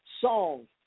song